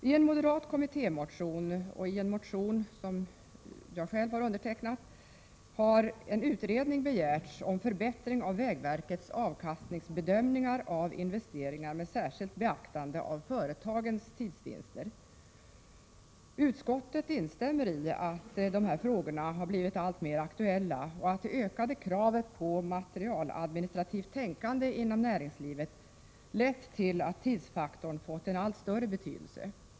I en moderat kommittémotion och i en motion som jag själv har undertecknat har en utredning begärts om en förbättring av vägverkets avkastningsbedömningar av investeringar med särskilt beaktande av företagens tidsvinster. Utskottet instämmer i att dessa frågor blivit alltmer aktuella och att det ökade kravet på materialadministrativt tänkande inom näringslivet lett till att tidsfaktorn fått en allt större betydelse.